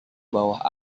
bahwa